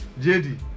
JD